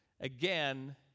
again